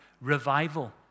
revival